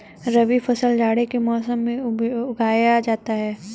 रबी फसल जाड़े के मौसम में उगाया जाता है